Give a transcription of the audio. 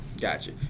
gotcha